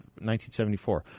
1974